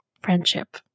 friendship